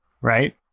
right